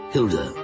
Hilda